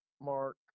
Mark